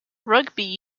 rugby